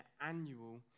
annual